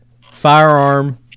firearm